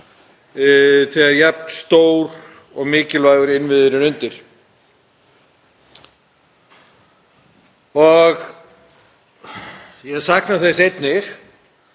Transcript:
þegar jafn stór og mikilvægur innviður er undir. Ég sakna þess að